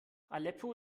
aleppo